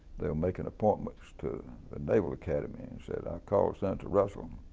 they're making appointments to the naval academy. and said, i called senator russell,